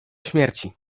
śmierci